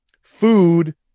food